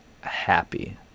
happy